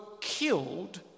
killed